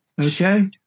Okay